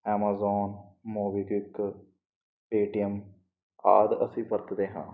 Amazon MobiKwik Paytm ਆਦਿ ਅਸੀਂ ਵਰਤਦੇ ਹਾਂ